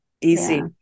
easy